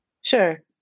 Sure